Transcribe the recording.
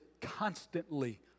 constantly